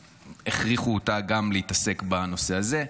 הכריחו אותה להתעסק גם בנושא הזה.